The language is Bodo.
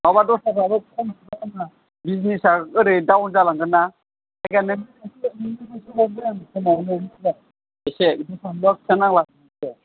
नङाबा दस्राफोरावनो बिजिनिसआ ओरै डाउन जालांगोन ना